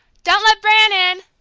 don't let bran in,